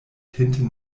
hinten